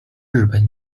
日本